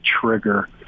trigger